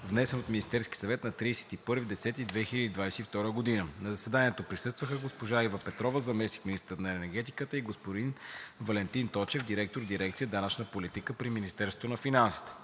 внесен от Министерски съвет на 31 октомври 2022 г. На заседанието присъстваха: госпожа Ива Петрова – заместник-министър на енергетиката, и господин Валентин Точев – директор на дирекция „Данъчна политика“ в Министерството на финансите.